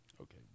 Okay